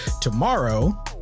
tomorrow